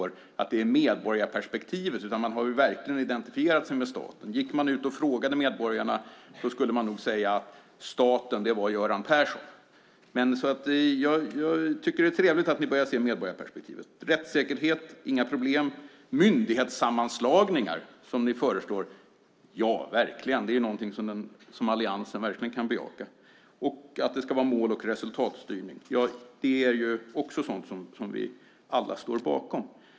I stället har man verkligen identifierat sig med staten. Om man gick ut och frågade medborgarna skulle de nog svara att staten var Göran Persson. Jag tycker alltså att det är trevligt att ni börjar se medborgarperspektivet. När det gäller rättssäkerheten är det inga problem. Myndighetssammanslagningar föreslår ni, och det är verkligen något som Alliansen kan bejaka. Att det ska vara mål och resultatstyrning är också sådant som vi alla står bakom.